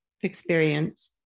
experience